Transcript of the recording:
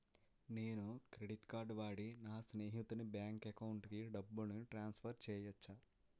నేను credit card వాడి నా స్నేహితుని బ్యాంక్ అకౌంట్ కి డబ్బును ట్రాన్సఫర్ చేయచ్చా?